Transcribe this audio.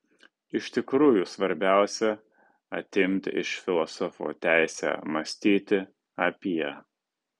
iš tikrųjų svarbiausia atimti iš filosofo teisę mąstyti apie